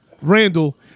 randall